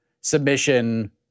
submission